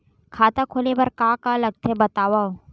खाता खोले बार का का लगथे बतावव?